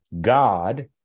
God